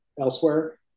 elsewhere